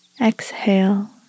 Exhale